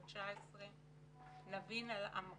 בת 19. ניבין אל עמרני,